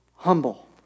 humble